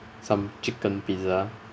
some chicken pizza